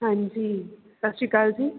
ਹਾਂਜੀ ਸਤਿ ਸ਼੍ਰੀ ਅਕਾਲ ਜੀ